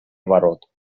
оборот